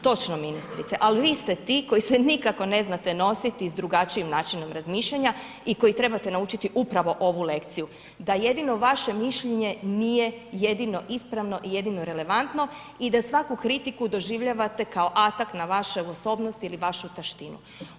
Točno ministrice ali vi ste ti koji se nikako ne znate nositi sa drugačijim načinom razmišljanja i koji trebate naučiti upravo ovu lekciju da jedino vaše mišljenje nije jedino ispravno i jedino relevantno i da svaku kritiku doživljavate kao atackt na vašu osobnost ili vašu taštinu.